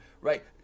Right